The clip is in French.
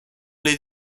les